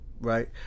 right